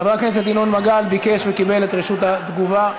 חבר הכנסת ינון מגל ביקש וקיבל את רשות התגובה.